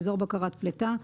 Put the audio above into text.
באזור בקרת פליטה.